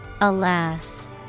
alas